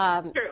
True